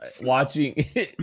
watching